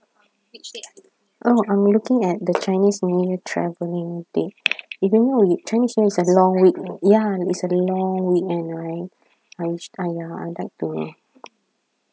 oh I'm looking at the chinese new year travelling date if you know chinese new year is a long week ya it's a long week and I I ya I'd like to